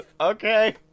Okay